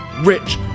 rich